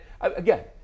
Again